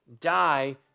die